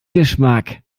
geschmack